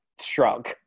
shrug